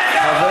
אפרטהייד?